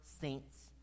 saints